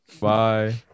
Bye